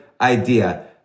idea